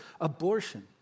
Abortion